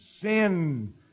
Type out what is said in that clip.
sin